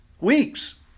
weeks